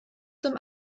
zum